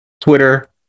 Twitter